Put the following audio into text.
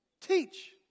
Teach